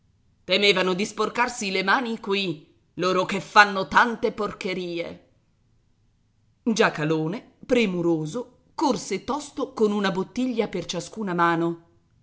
temevano di sporcarsi le mani qui loro che fanno tante porcherie giacalone premuroso corse tosto con una bottiglia per ciascuna mano